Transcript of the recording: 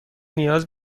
نیاز